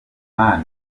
man